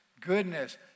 goodness